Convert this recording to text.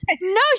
No